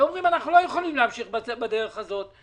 הם אומרים: אנחנו לא יכולים להמשיך בדרך הזאת.